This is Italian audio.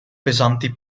pesanti